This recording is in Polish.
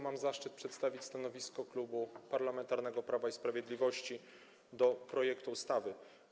Mam zaszczyt przedstawić stanowisko Klubu Parlamentarnego Prawo i Sprawiedliwość wobec projektu ustawy.